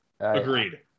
Agreed